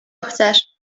chcesz